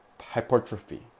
hypertrophy